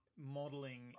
modeling